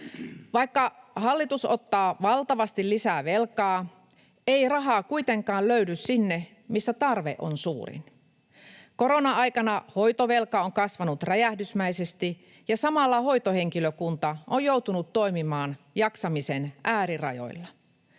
Vaikka hallitus ottaa valtavasti lisää velkaa, ei rahaa kuitenkaan löydy sinne, missä tarve on suurin. Korona-aikana hoitovelka on kasvanut räjähdysmäisesti, ja samalla hoitohenkilökunta on joutunut toimimaan jaksamisen äärirajoilla.